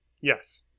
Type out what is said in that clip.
Yes